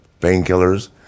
painkillers